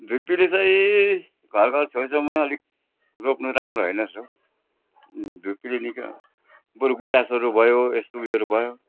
धुप्पीले चाहिँ घर घर छेउछाउमा अलिक रोप्नु राम्रो होइन रहेछ हौ धुप्पीले निकै अब बरु गुराँसहरू भयो यस्तो उयोहरू भयो